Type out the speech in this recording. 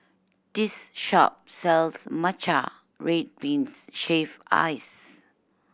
this shop sells matcha red beans shaved ice